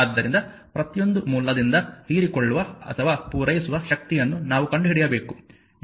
ಆದ್ದರಿಂದ ಪ್ರತಿಯೊಂದು ಮೂಲದಿಂದ ಹೀರಿಕೊಳ್ಳುವ ಅಥವಾ ಪೂರೈಸುವ ಶಕ್ತಿಯನ್ನು ನಾವು ಕಂಡುಹಿಡಿಯಬೇಕು